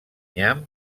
nyam